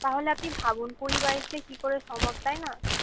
তাহলে আপনি ভাবুন কুড়ি বাইশে কী করে সম্ভব তাই না